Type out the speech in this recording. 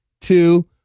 two